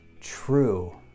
true